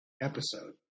episode